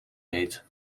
heet